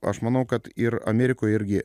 aš manau kad ir amerikoj irgi